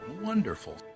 Wonderful